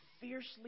fiercely